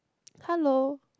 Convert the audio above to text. hello